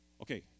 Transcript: okay